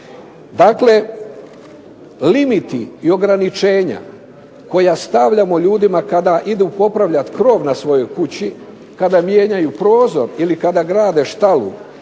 Dakle, limiti i ograničenja koja stavljamo ljudima kada idu popravljati krov na svojoj kući, kada mijenjaju prozor ili kada grade štalu